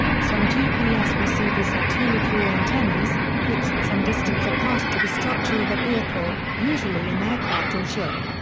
some gps receivers have two or three antennas, fixed some distance apart to the structure of a vehicle, usually an aircraft or ship.